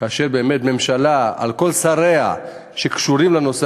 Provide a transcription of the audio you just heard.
כאשר הממשלה על כל שריה הקשורים לנושא